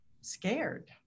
scared